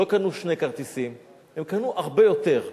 לא קנו שני כרטיסים, הם קנו הרבה יותר.